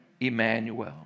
Emmanuel